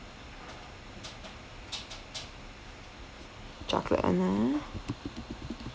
chocolate [one] ah